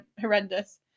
horrendous